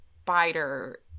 spider